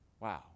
Wow